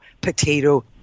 potato